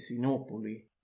Sinopoli